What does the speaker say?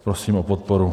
Prosím o podporu.